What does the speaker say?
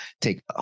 take